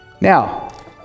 Now